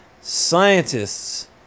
Scientists